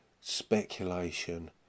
speculation